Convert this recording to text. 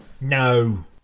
No